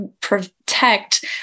protect